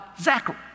Zachary